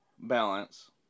balance